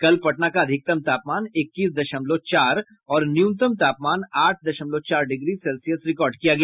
कल पटना का अधिकतम तापमान इक्कीस दशमलव चार और न्यूनतम तापमान आठ दशमलव चार डिग्री सेल्सियस रिकार्ड किया गया